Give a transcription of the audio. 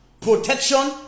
protection